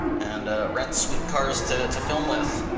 and rent sweet cars to to film with,